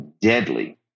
deadly